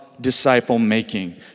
disciple-making